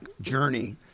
journey